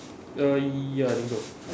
uh ya I think so